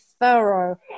thorough